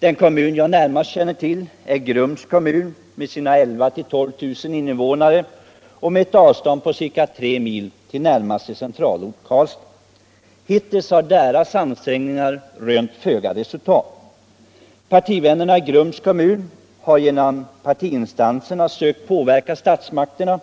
Den kommun jag närmast känner till är Grums kommun med sina 11 000-12 000 invånare och med ett avstånd på ca 3 mil till närmaste centralort, Karlstad med två systembutiker. Hittills har deras ansträngningar rönt föga resultat. Partivännerna i Grums kommun har via partiinstanserna sökt påverka statsmakterna